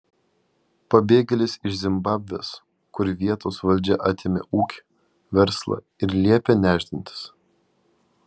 pabėgėlis iš zimbabvės kur vietos valdžia atėmė ūkį verslą ir liepė nešdintis